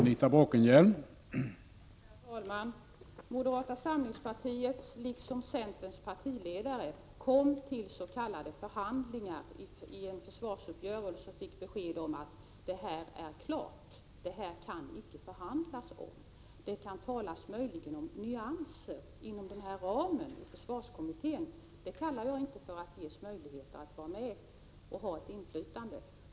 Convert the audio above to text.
Herr talman! Moderata samlingspartiets liksom centerns partiledare kom tills.k. förhandlingar i en försvarsuppgörelse och fick besked om att ”det här är klart, det kan icke förhandlas om detta; det kan möjligen talas om nyanser inom den här ramen i försvarskommittén”. Det kallar jag inte för att ges möjligheter att vara med och ha ett inflytande.